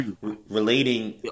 relating